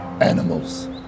animals